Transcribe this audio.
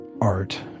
Art